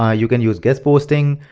ah you can use guest-posting,